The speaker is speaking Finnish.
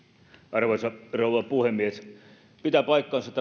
arvoisa rouva puhemies pitää paikkansa että